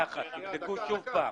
תבדקו שוב פעם.